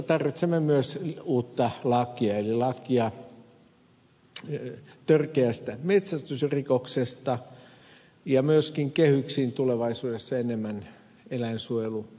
tarvitsemme myös uutta lakia eli lakia törkeästä metsästysrikoksesta ja myöskin kehyksiin tulevaisuudessa enemmän eläinsuojeluresursseja